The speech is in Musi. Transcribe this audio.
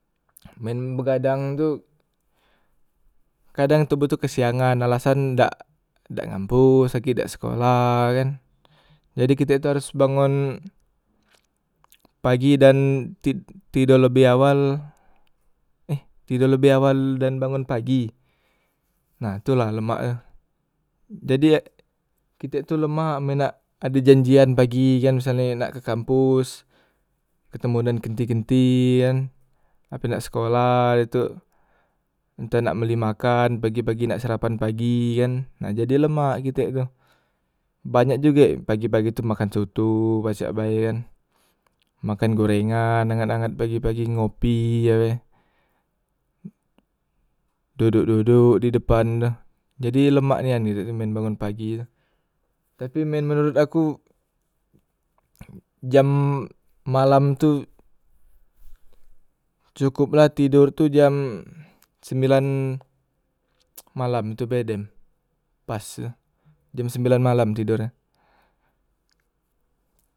Men begadang tu kadang tubuh tu kesiangan alasan dak dak ngampos sakit dak sekolah e kan, jadi kitek tu haros bangon pagi dan tid tido lebeh awal eh tido lebeh awal dan bangon pagi, nah tu lah lemak tu. Jadi ek kitek tu lemak men nak ade janjian pagi kan misal e nak ke kampus ketemu ngan kenti- kenti kan ape nak sekolah e tu entah nak mbeli makan pagi- pagi nak sarapan pagi kan, nah jadi lemak kitek tu, banyak jugek pagi- pagi tu makan soto pacek bae kan, makan gorengan angat- angat pagi- pagi, ngopi yo e, dodok- dodok di depan tu, jadi lemak nian kitek tu men bangon pagi tu, tapi men menorot aku jam malam tu cokop la tidor tu jam sembilan malam tu be dem pas tu jam sembilan malam tidor nyo.